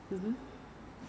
moisturizer